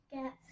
Get